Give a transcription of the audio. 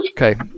Okay